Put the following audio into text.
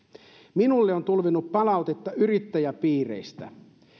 minulle on tulvinut palautetta yrittäjäpiireistä